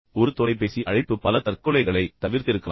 ஒரு தொலைபேசி அழைப்பு பல தற்கொலைகளைத் தவிர்த்திருக்கலாம்